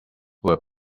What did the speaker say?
were